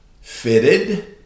fitted